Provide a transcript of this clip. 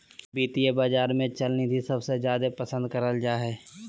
वित्तीय बाजार मे चल निधि सबसे जादे पसन्द करल जा हय